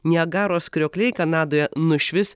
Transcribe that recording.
niagaros kriokliai kanadoje nušvis